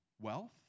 Wealth